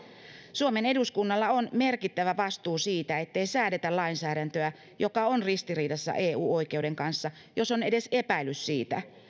suomen eduskunnalla on merkittävä vastuu siitä ettei säädetä lainsäädäntöä joka on ristiriidassa eu oikeuden kanssa tai jos on edes epäilys siitä